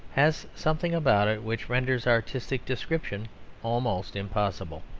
has something about it which renders artistic description almost impossible.